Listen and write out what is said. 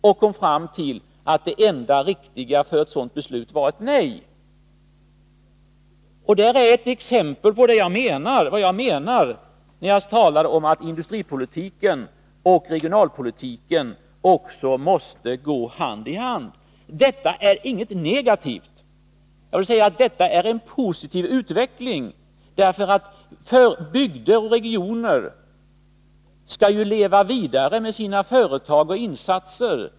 Jag kom då fram till att det enda riktiga beslutet i ett sådant läge var ett nej. Det är ett exempel på vad jag menar när jag talar om att industripolitiken och regionalpolitiken också måste gå hand i hand. Detta är inget negativt. Jag vill säga att detta är en positiv utveckling. Bygder och regioner skall ju leva vidare med sina företag och insatser.